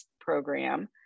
program